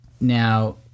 Now